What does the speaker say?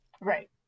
Right